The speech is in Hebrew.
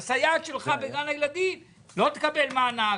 שהסייעת שלו בגן הילדים לא תקבל מענק,